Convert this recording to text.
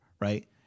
right